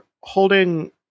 holding